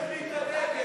הסתייגות מס' 5 לא התקבלה.